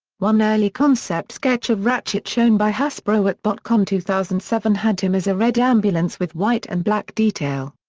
one early concept sketch of ratchet shown by hasbro at botcon two thousand and seven had him as a red ambulance with white and black detail.